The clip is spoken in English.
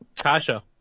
Kasha